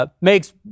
Makes